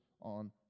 on